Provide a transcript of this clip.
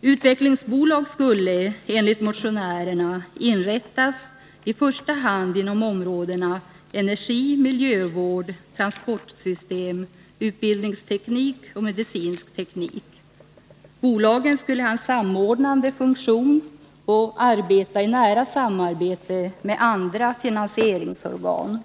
Utvecklingsbolag skulle enligt motionärerna inrättas i första hand inom områdena energi, miljövård, transportsystem, utbildningsteknik och medicinsk teknik. Bolagen skulle ha en samordnande funktion och bedriva ett nära samarbete med andra finansieringsorgan.